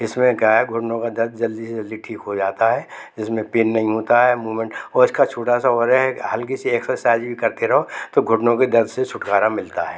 इसमें क्या है घुटनों का दर्द जल्दी से जल्दी ठीक हो जाता है जिसमें पेन नहीं होता है मूमेंट और इसका छोटा सा और ये है कि हल्की सी एक्सरसाइज भी करते रहो तो घुटनों के दर्द से छुटकारा मिलता है